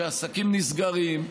שעסקים נסגרים,